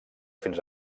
fins